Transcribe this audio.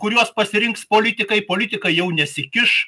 kuriuos pasirinks politikai politikai jau nesikiš